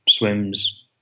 Swims